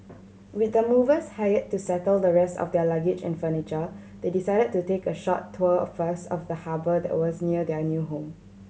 with the movers hire to settle the rest of their luggage and furniture they decide to take a short tour first of the harbour that was near their new home